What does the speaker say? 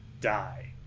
die